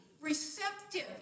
receptive